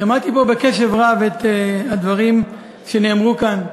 שמעתי בקשב רב את הדברים שנאמרו כאן.